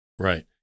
Right